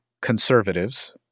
conservatives